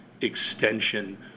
extension